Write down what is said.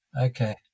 Okay